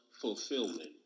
fulfillment